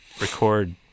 record